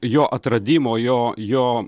jo atradimo jo jo